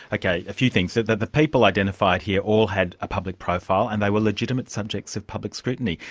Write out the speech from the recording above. okay, a few things. that that the people identified here all had a public profile, and they were legitimate subjects of public scrutiny.